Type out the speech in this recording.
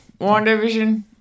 WandaVision